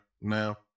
now